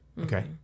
Okay